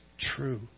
true